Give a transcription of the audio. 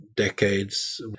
decades